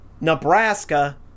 Nebraska –